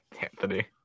Anthony